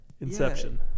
Inception